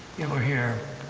were here.